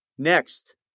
Next